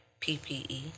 PPE